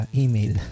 email